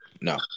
No